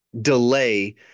delay